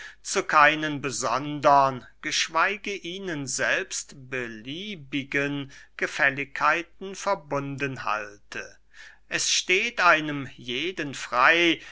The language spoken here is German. zu keinen besondern geschweige ihnen selbst beliebigen gefälligkeiten verbunden halte es steht einem jeden frey